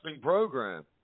program